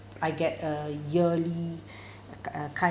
I get a yearly uh kind